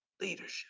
Leadership